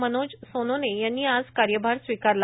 मनोज सोनोने यांनी आज कार्यभार स्वीकारला